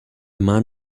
man